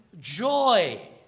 joy